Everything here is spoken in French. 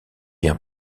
bien